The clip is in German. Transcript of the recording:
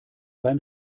beim